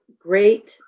great